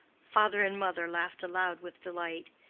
father and mother laughed aloud with delight.